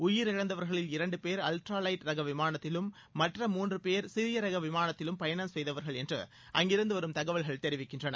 உயிரிழந்தவர்களில் இரண்டு பேர் ultra wide ரக விமானத்திலும் மற்ற மூன்று பேர் சிறிய ரக விமானத்திலும் பயணம் செய்தவர்கள் என்று அங்கிருந்து வரும் தகவல்கள் தெரிவிக்கின்றன